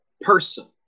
person